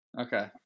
Okay